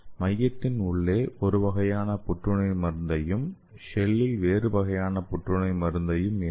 மையத்தின் உள்ளே ஒரு வகையான புற்றுநோய் மருந்தையும் ஷெல்லில் வேறு வகையான புற்றுநோய் மருந்தையும் ஏற்றலாம்